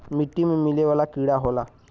मिट्टी में मिले वाला कीड़ा होला